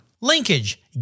Linkage